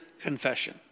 confession